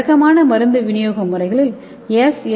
வழக்கமான மருந்து விநியோக முறைகளில் எஸ்